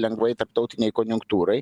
lengvai tarptautinei konjunktūrai